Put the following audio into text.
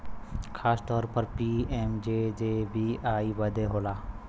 खासतौर पर पी.एम.जे.जे.बी.वाई बदे होला